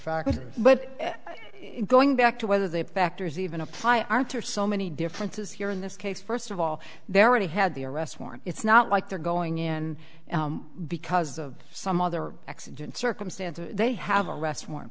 factors but going back to whether they factors even apply arthur so many differences here in this case first of all they're already had the arrest warrant it's not like they're going in because of some other exigent circumstance or they have a arrest warrant